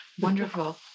Wonderful